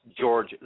George